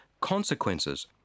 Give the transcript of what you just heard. consequences